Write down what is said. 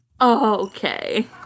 Okay